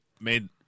made